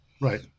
Right